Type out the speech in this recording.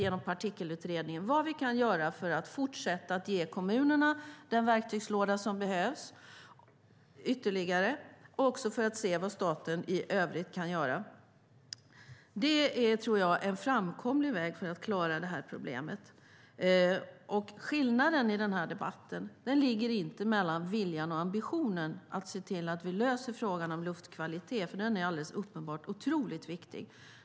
Genom Partikelutredningen utreder vi nu på ett bredare sätt vad vi kan göra för att ge kommunerna ytterligare verktyg och för att se vad staten i övrigt kan göra. Det tror jag är en framkomlig väg för att klara problemet. Skillnaden mellan oss ligger inte i viljan och ambitionen att lösa frågan om luftkvalitet, för det är alldeles uppenbart att den är oerhört viktig.